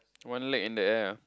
one leg in the air ah